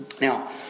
Now